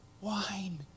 wine